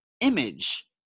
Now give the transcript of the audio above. image